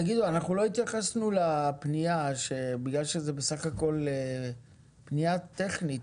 לא התייחסנו לפנייה כי זאת בסך הכול פנייה טכנית,